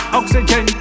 oxygen